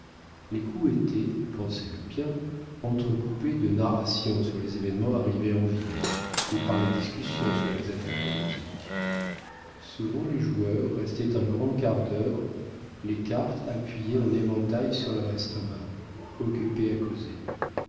les coups étaient pensez le bien entrecoupés de narrations sur les événements arrivés en ville ou par les discussions sur les affaires politiques souvent les joueurs restaient un grand quart d'heure les cartes appuyées en éventail sur leur estomac occupés à causer